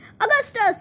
Augustus